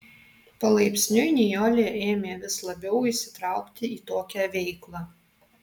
palaipsniui nijolė ėmė vis labiau įsitraukti į tokią veiklą